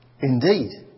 Indeed